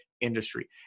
industry